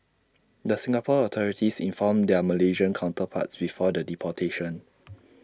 the Singapore authorities informed their Malaysian counterparts before the deportation